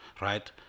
right